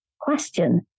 question